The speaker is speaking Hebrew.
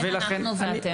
אין אנחנו ואתם.